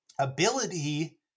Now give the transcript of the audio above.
ability